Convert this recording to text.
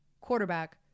quarterback